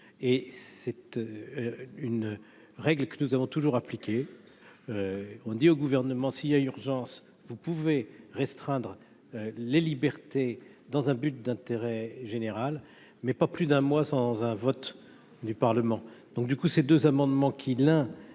et c'était une règle que nous avons toujours appliquée, on dit au gouvernement s'il y a urgence, vous pouvez restreindre les libertés dans un but d'intérêt général, mais pas plus d'un mois sans un vote du Parlement, donc du coup ces deux amendements qui l'un